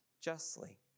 justly